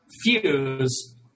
fuse